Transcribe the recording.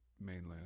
mainland